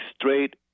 straight